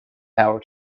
power